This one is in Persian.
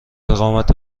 اقامت